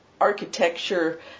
architecture